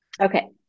Okay